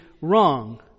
wrong